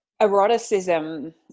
Eroticism